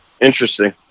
interesting